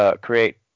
create